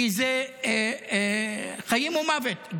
כי זה חיים ומוות.